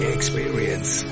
Experience